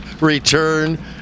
return